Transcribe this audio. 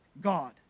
God